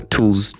Tools